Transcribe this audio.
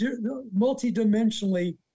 multi-dimensionally